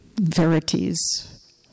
verities